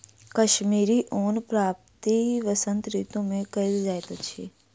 कश्मीरी ऊनक प्राप्ति वसंत ऋतू मे कयल जाइत अछि